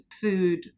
food